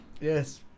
yes